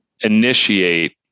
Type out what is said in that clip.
initiate